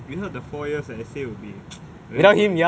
we heard the four years the essay would be very boring